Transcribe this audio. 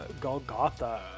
Golgotha